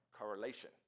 correlation